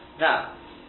Now